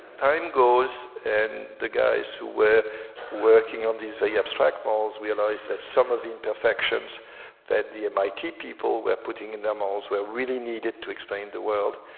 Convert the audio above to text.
time goes, and the guys who were working on these very abstract models realized that some of the imperfections that the mit people were putting in their models were really needed to explain the world,